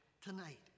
tonight